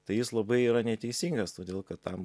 tai jis labai yra neteisingas todėl kad tam